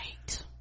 right